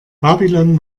babylon